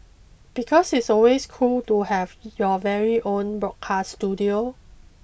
because it's always cool to have your very own broadcast studio